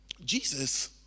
Jesus